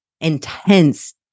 intense